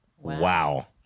Wow